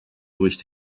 durch